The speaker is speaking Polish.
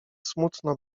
smutno